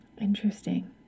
Interesting